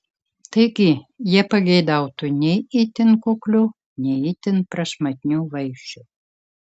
taigi jie pageidautų nei itin kuklių nei itin prašmatnių vaišių